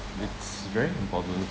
it's very important